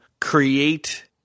create